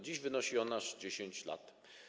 Dziś wynosi on aż 10 lat.